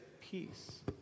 peace